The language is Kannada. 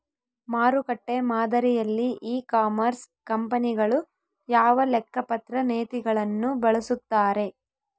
ಮಾರುಕಟ್ಟೆ ಮಾದರಿಯಲ್ಲಿ ಇ ಕಾಮರ್ಸ್ ಕಂಪನಿಗಳು ಯಾವ ಲೆಕ್ಕಪತ್ರ ನೇತಿಗಳನ್ನು ಬಳಸುತ್ತಾರೆ?